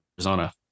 Arizona